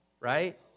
right